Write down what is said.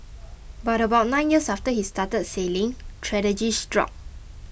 but about nine years after he started sailing tragedy struck